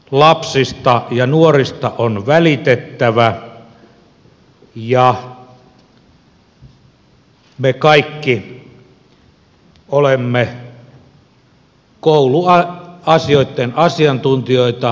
lapsista ja nuorista on välitettävä ja me kaikki olemme kouluasioitten asiantuntijoita